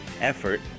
effort